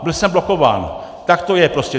Byl jsem blokován, tak to je prostě.